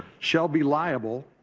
shall be liable,